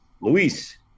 Luis